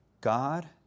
God